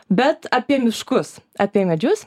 bet apie miškus apie medžius